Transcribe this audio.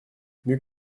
mieux